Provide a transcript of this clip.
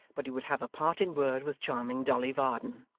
but he would have a parting word with charming dolly varden.